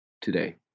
today